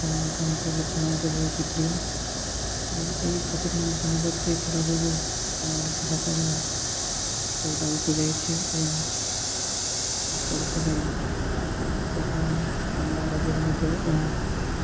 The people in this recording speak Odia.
ଛ ମାଣ ଆଠ ଗୁଣ୍ଠ ଲଛମା ଏଇସବୁ ହଉଛି ପ୍ରିୟ ଏବଂ ଏହି ଫକୀରମୋହନ ସେନାପତି ଥିବା ଯୋଗୁଁ ଆମ ଓଡ଼ିଶା ଭାଷାଟା ବହୁତ ଆଗକୁ ଯାଇଛି ଏବଂ ଓଡ଼ିଶାରେ ବା ଅନ୍ୟ ରାଜ୍ୟରେ ମଧ୍ୟ ଏହା